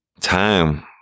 time